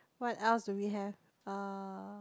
what else do we have uh